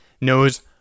knows